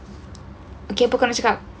okay apa kau orang cakap